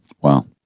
Wow